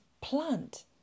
Plant